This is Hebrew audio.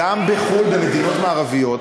במדינות מערביות,